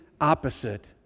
opposite